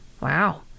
Wow